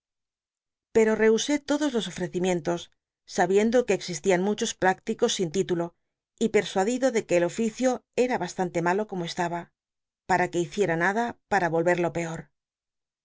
pero tehusé todos los ofrecimientos sabiendo que existian muchos prácticos sin titulo y pet'su tdido de que el oficio era bastante malo como csl tba para que hiciera nada pata ohcrlo peot